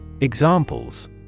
Examples